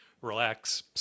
relax